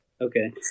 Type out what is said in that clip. Okay